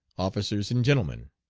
officers and gentlemen.